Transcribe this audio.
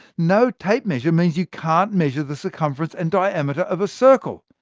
no tape measure means you can't measure the circumference and diameter of a circle.